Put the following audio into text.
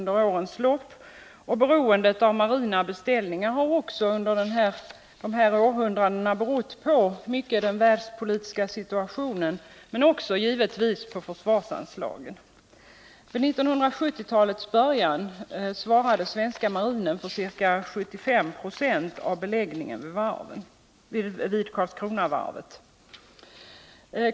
De marina beställningarna har under årens lopp berott på den världspolitiska situationen men också på försvarsanslagen. Vid 1970-talets början svarade den svenska marinen för ca 75 90 av beläggningen vid Karlskronavarvet.